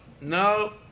no